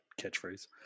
catchphrase